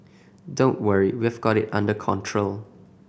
don't worry we've got it under control